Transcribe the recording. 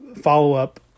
follow-up